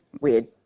weird